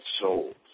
souls